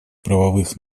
правовых